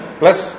plus